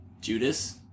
Judas